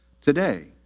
today